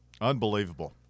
Unbelievable